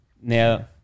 Now